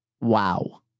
Wow